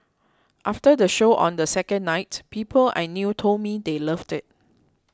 after the show on the second night people I knew told me they loved it